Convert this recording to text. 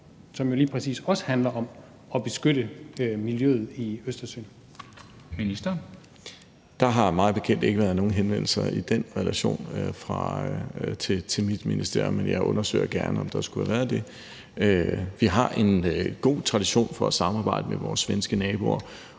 Kl. 22:13 Transportministeren (Benny Engelbrecht): Der har mig bekendt ikke været nogen henvendelser i den relation til mit ministerium, men jeg undersøger gerne, om der skulle have været det. Vi har en god tradition for at samarbejde med vores svenske naboer,